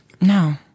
No